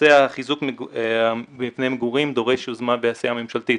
נושא חיזוק מבני מגורים דורש יוזמה ועשייה ממשלתית.